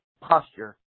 posture